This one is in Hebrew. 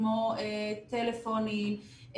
כמו טלפונים,